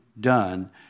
done